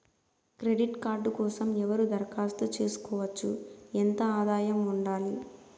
Credit card కోసం ఎవరు దరఖాస్తు చేసుకోవచ్చు? ఎంత ఆదాయం ఉండాలి?